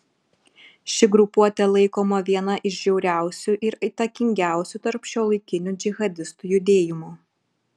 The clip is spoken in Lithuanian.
ši grupuotė laikoma viena iš žiauriausių ir įtakingiausių tarp šiuolaikinių džihadistų judėjimų